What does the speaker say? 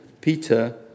Peter